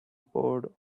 poured